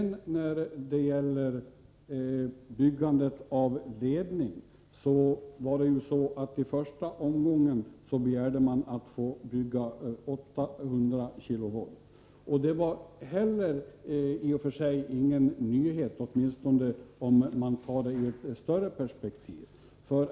När det gäller byggandet av ledning begärde man i första omgången att få bygga för 800 kV. Det var i och för sig inte någon nyhet, åtminstone inte i ett större perspektiv.